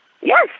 Yes